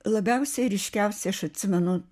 labiausiai ryškiausiai aš atsimenu